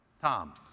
Tom